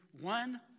one